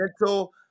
mental